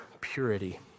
purity